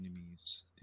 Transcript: enemies